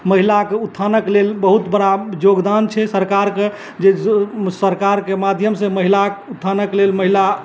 महिलाक उत्थानक लेल बहुत बड़ा योगदान छै सरकारके जे सरकारके माध्यम सऽ महिला उत्थानक लेल महिला